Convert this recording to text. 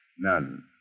None